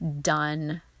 done